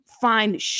find